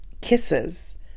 kisses